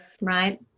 Right